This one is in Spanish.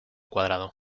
cuadrado